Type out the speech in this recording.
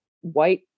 white